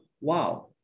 wow